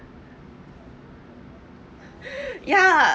ya